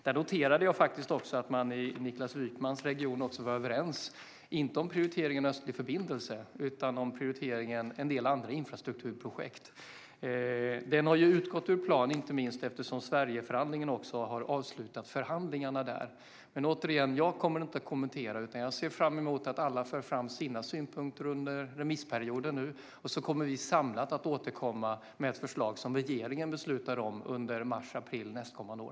Där noterade jag att man i Niklas Wykmans region var överens - inte om prioriteringen med en östlig förbindelse utan om prioriteringen av en del andra infrastrukturprojekt. Den har utgått ur plan inte minst för att Sverigeförhandlingen har avslutat förhandlingarna där. Återigen: Jag kommer inte att kommentera. Jag ser fram emot att alla för fram sina synpunkter under remissperioden. Vi kommer samlat att återkomma med ett förslag som regeringen beslutar om under mars april nästkommande år.